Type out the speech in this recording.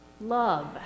Love